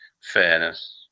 fairness